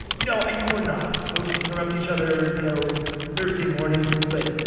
you know i know we're not supposed to interrupt each other you know thursday mornings, but,